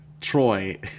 Troy